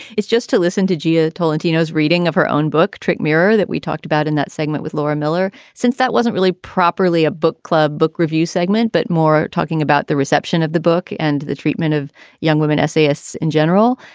it's just to listen to g a. tolentino is reading of her own book, tric mirror, that we talked about in that segment with laura miller. since that wasn't really properly a book club book review segment, but more talking about the reception of the book and the treatment of young women essayists in general,